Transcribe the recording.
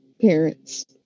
parents